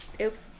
Oops